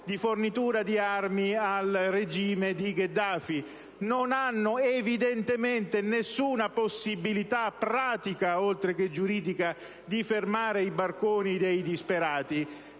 di fornitura di armi al regime di Gheddafi. Non hanno evidentemente alcuna possibilità pratica, oltre che giuridica, di fermare i barconi dei disperati.